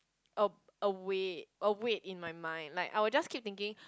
a a way a way in my mind like I will just keep thinking